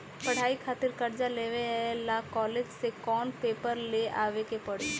पढ़ाई खातिर कर्जा लेवे ला कॉलेज से कौन पेपर ले आवे के पड़ी?